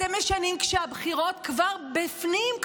אתם משנים כשהבחירות כבר בפנים,